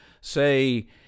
say